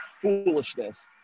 foolishness